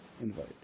invite